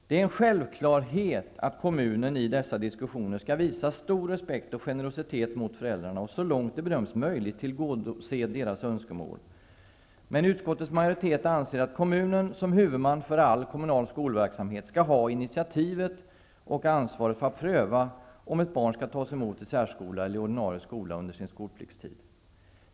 Det är en självklarhet att kommunen i dessa diskussioner skall visa stor respekt och generositet mot föräldrarna och så långt det bedöms möjligt tillgodose deras önskemål. Men utskottets majoritet anser att kommunen som huvudman för all skolverksamhet skall ha initiativet och ansvaret för att pröva om ett barn skall tas emot i särskola eller i ordinarie skola under sin skolpliktstid.